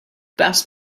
passed